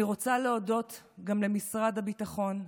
אני רוצה להודות גם למשרד הביטחון,